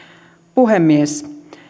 puhemies